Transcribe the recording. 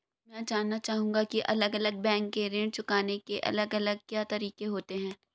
मैं जानना चाहूंगा की अलग अलग बैंक के ऋण चुकाने के अलग अलग क्या तरीके होते हैं?